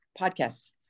podcasts